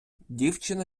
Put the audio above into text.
дівчина